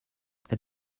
êtes